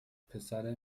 پسر